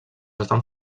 estan